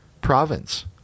province